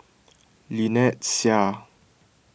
Lynnette Seah